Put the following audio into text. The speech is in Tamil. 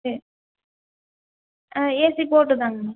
ஆ ஆ ஏசி போட்டுதாங்கண்ணா